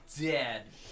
dead